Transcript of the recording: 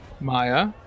Maya